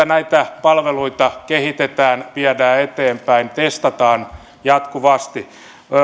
näitä palveluita kehitetään viedään eteenpäin testataan jatkuvasti